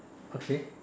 okay